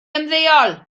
ymddeol